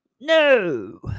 no